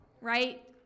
right